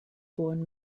born